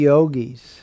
Yogis